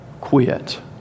quit